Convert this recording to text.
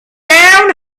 down